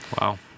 Wow